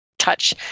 touch